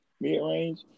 mid-range